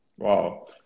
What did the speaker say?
Wow